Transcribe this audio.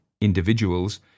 individuals